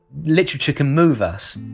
literature can move us.